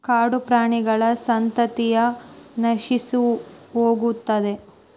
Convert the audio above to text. ಕಾಡುಪ್ರಾಣಿಗಳ ಸಂತತಿಯ ನಶಿಸಿಹೋಗುತ್ತದೆ